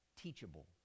Teachable